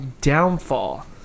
downfall